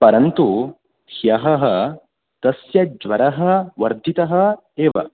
परन्तु ह्यः तस्य ज्वरः वर्धितः एव